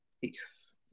peace